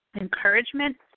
encouragement